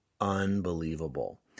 unbelievable